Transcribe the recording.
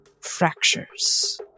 fractures